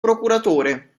procuratore